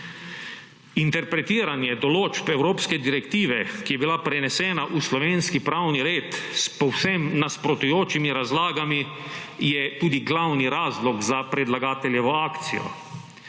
Interpretiranje določb evropske direktive, ki je bila prenesena v slovenski pravni red, s povsem nasprotujočimi razlagami, je tudi glavni razlog za predlagateljevo akcijo.